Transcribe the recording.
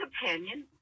companion